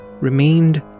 remained